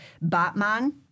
batman